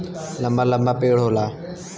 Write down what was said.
लंबा लंबा पेड़ होला